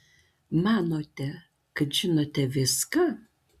manote kad žinote viską